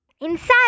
Inside